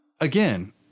again